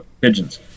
pigeons